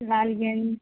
لال گنج